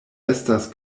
estas